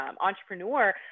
entrepreneur